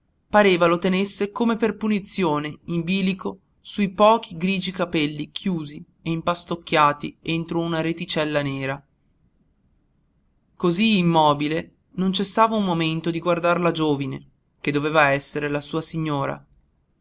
pareva lo tenesse come per punizione in bilico su i pochi grigi capelli chiusi e impastocchiati entro una reticella nera cosí immobile non cessava un momento di guardar la giovine che doveva essere la sua signora